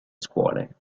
scuole